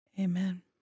Amen